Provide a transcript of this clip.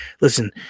Listen